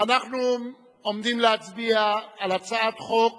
אנחנו עומדים להצביע על הצעת חוק